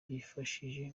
bifashisha